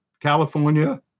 California